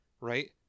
right